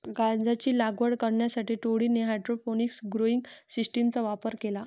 गांजाची लागवड करण्यासाठी टोळीने हायड्रोपोनिक्स ग्रोइंग सिस्टीमचा वापर केला